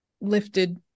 lifted